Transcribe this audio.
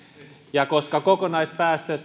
ja koska kokonaispäästöt